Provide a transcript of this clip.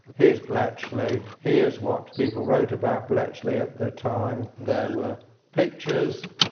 here is bletchley, here is what people wrote about bletchley at the time. there were pictures,